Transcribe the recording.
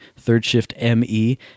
thirdshiftme